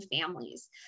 families